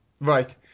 Right